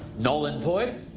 null and void.